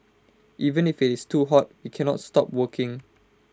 even if it's too hot we cannot stop working